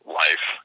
life